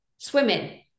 Swimming